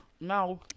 Now